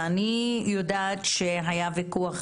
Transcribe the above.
אני יודעת שהיה ויכוח